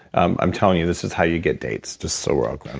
i'm i'm telling you this is how you get dates, just so we're all clear in